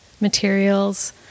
materials